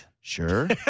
Sure